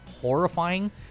horrifying